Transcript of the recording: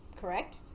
correct